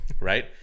right